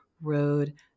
road